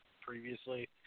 previously